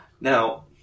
Now